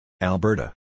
Alberta